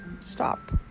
stop